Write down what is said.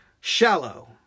Shallow